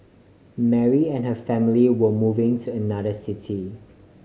Mary and her family were moving to another city